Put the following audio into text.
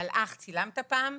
מלאך צילמת פעם?